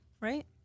right